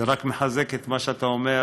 זה רק מחזק את מה שאתה אומר,